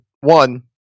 one